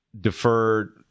deferred